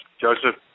Joseph